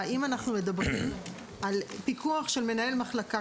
אבל אנחנו אומרים שכל הרשאה